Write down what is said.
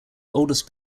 oldest